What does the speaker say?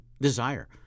desire